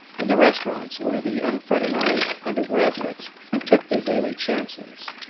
and the restaurants where the unfraternized undergraduates took their daily chances.